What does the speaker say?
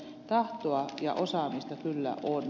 tahtoa ja osaamista kyllä on